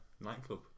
nightclub